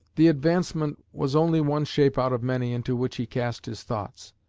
the advancement was only one shape out of many into which he cast his thoughts.